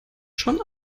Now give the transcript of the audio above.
schon